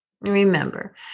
Remember